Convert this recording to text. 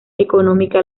económica